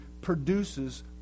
produces